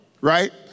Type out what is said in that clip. right